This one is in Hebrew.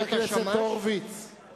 חבר הכנסת הורוביץ,